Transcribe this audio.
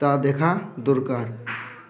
তা দেখা দরকার